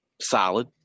solid